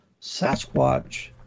sasquatch